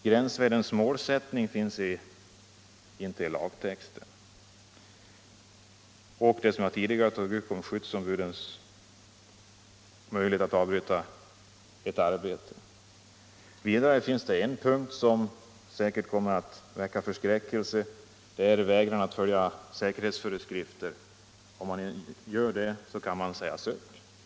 Målsättning för gränsvärden finns inte i lagtexten, liksom inte heller möjlighet för skyddsombuden att avbryta sådant arbete som jag nyss talade om. En punkt, som säkert kommer att väcka förskräckelse, gäller vägran att följa säkerhetsföreskrifter. Vägrar man detta kan man sägas upp.